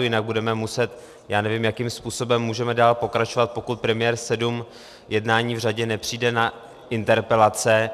Jinak budeme muset já nevím, jakým způsobem můžeme dál pokračovat, pokud premiér sedm jednání v řadě nepřijde na interpelace.